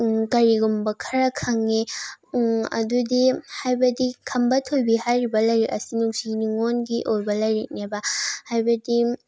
ꯀꯔꯤꯒꯨꯝꯕ ꯈꯔ ꯈꯪꯉꯤ ꯑꯗꯨꯗꯤ ꯍꯥꯏꯕꯗꯤ ꯈꯝꯕ ꯊꯣꯏꯕꯤ ꯍꯥꯏꯔꯤꯕ ꯂꯥꯏꯔꯤꯛ ꯑꯁꯤ ꯅꯨꯡꯁꯤ ꯅꯨꯉꯣꯟꯒꯤ ꯑꯣꯏꯕ ꯂꯥꯏꯔꯤꯛꯅꯦꯕ ꯍꯥꯏꯕꯗꯤ